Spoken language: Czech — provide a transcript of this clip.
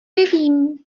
nevím